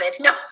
no